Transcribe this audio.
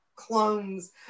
clones